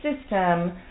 system